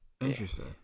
Interesting